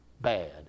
bad